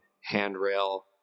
handrail